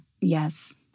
Yes